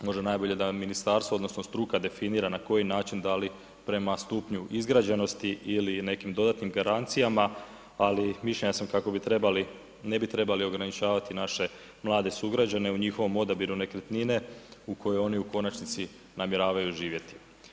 Možda najbolje da ministarstvo odnosno struka definira na koji način, da li prema stupnju izgrađenosti ili nekim dodatnim garancijama, ali mišljenja smo kako bi trebali, ne bi trebali ograničavati naše mlade sugrađane u njihovom odabiru nekretnine u kojoj oni u konačnici namjeravaju živjeti.